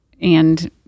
and-